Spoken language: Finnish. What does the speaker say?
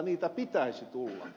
niitä pitäisi tulla